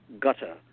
gutter